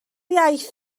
iaith